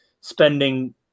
spending